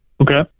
Okay